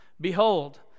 Behold